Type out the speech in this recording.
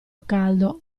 caldo